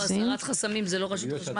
הסרת חסמים זה לא רשות החשמל.